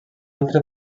altre